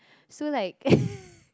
so like